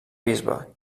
bisbe